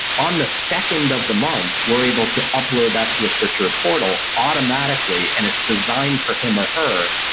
on the second of the month, we're able to upload that to a search or a portal automatically and it's designed for him or her